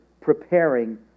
preparing